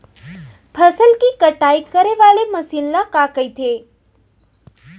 फसल की कटाई करे वाले मशीन ल का कइथे?